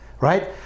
right